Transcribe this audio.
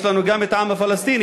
יש לנו גם העם הפלסטיני,